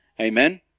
Amen